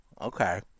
Okay